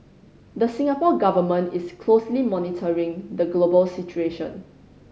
the Singapore Government is closely monitoring the global situation